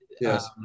yes